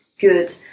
good